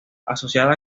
asociada